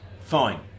fine